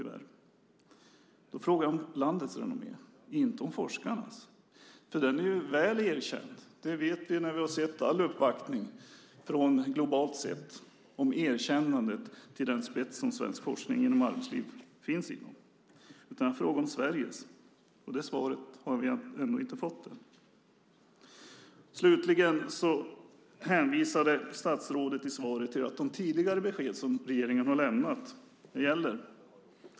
Jag frågade om landets renommé, inte om forskarnas. Den är ju väl erkänd. Det vet vi ju när vi har sett all uppvaktning globalt sett, erkännandet till den spets som svensk forskning om arbetslivet finns inom. Jag frågade om Sveriges renommé, och det svaret har vi ännu inte fått. Slutligen hänvisade statsrådet i svaret till att de tidigare besked som regeringen har lämnat gäller.